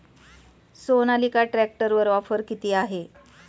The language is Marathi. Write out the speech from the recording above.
सोनालिका ट्रॅक्टरवर ऑफर किती आहे?